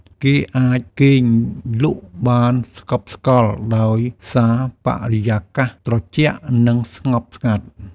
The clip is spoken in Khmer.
គេអាចគេងលក់បានស្កប់ស្កល់ដោយសារបរិយាកាសត្រជាក់ និងស្ងប់ស្ងាត់។